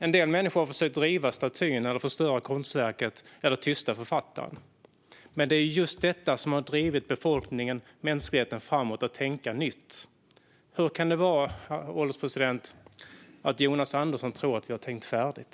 En del människor har försökt riva statyn, förstöra konstverket eller tysta författaren. Men det är just detta som har drivit befolkningen och mänskligheten framåt: att tänka nytt. Hur kan det komma sig, herr ålderspresident, att Jonas Andersson tror att vi har tänkt färdigt?